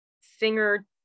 singer